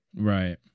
Right